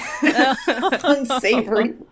Unsavory